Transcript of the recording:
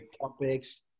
topics